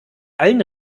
allen